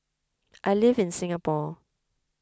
I live in Singapore